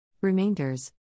Remainders